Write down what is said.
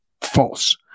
false